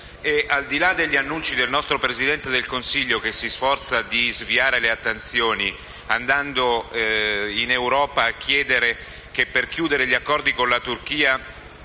Al di là degli annunci del nostro Presidente del Consiglio, che si sforza di sviare le attenzioni andando in Europa a dire che, per chiudere gli accordi con la Turchia,